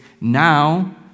now